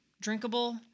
drinkable